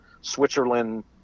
Switzerland